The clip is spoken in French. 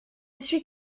suis